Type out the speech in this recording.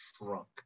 shrunk